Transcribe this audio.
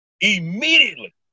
immediately